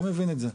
לא מבין את זה.